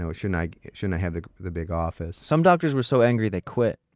so shouldn't like shouldn't i have the the big office? some doctors were so angry they quit.